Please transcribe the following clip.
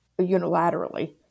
unilaterally